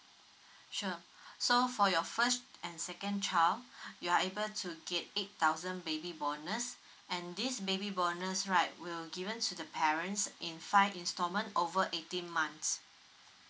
sure so for your first and second child you are able to get eight thousand baby bonus and this baby bonus right will given to the parents in fine instalment over eighteen months